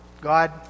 God